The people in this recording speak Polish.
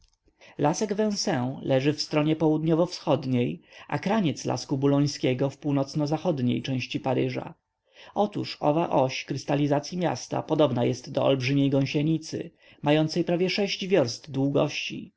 lasek vincennes leży w stronie południowo-wschodniej a kraniec lasku bulońskiego w północno-zachodniej stronie paryża otóż owa oś krystalizacyi miasta podobna jest do olbrzymiej gąsienicy mającej prawie sześć wiorst długości